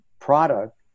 product